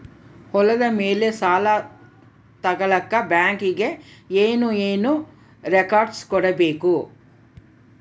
ಹೊಲದ ಮೇಲೆ ಸಾಲ ತಗಳಕ ಬ್ಯಾಂಕಿಗೆ ಏನು ಏನು ರೆಕಾರ್ಡ್ಸ್ ಕೊಡಬೇಕು?